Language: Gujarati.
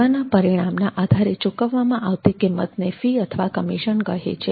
સેવાના પરિણામના આધારે ચૂકવવામાં આવતી કિંમતને ફી અથવા કમિશન કહે છે